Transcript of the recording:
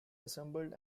assembled